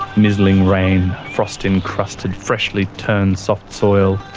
mizzling rain, frost encrusted freshly turned soft soil,